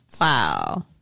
Wow